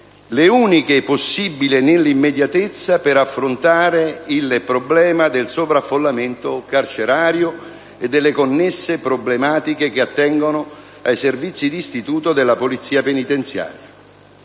le uniche possibili nell'immediatezza - per affrontare il problema del sovraffollamento carcerario e delle connesse problematiche che attengono ai servizi di istituto della Polizia penitenziaria.